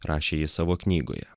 rašė jis savo knygoje